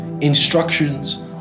instructions